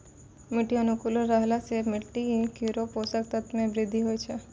मिट्टी अनुकूल रहला सँ मिट्टी केरो पोसक तत्व म वृद्धि होय छै